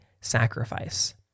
sacrifice